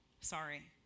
Sorry